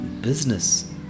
business